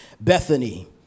Bethany